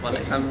!wah! like some